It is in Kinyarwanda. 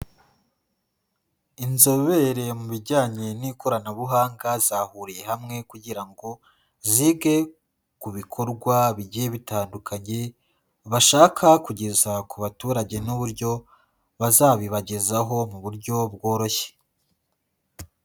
Inzobere mu bijyanye n'ikoranabuhanga zahuriye hamwe kugira ngo zige ku bikorwa bigiye bitandukanye, bashaka kugeza ku baturage n'uburyo bazabibagezaho mu buryo bworoshye.